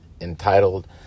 entitled